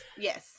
Yes